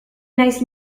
nice